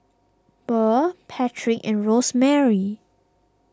Burr Patrick and Rosemarie